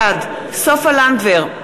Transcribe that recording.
בעד סופה לנדבר,